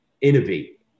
innovate